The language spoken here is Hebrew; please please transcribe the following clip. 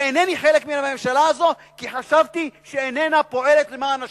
ואינני חלק מהממשלה הזאת כי חשבתי שאיננה פועלת למען השלום.